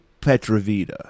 Petrovita